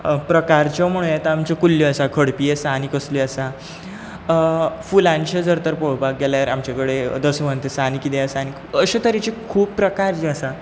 अ प्रकारच्यो म्हणू येता आमच्यो कुल्ल्यो आसा खडपी आसा आनी कसल्यो आसा फुलांच्यो जर तर पळोवपाक गेल्यार आमचे कडेन दसवंत आसा आनी कितें आसा आनी अशे तरेचे खूब प्रकार जे आसा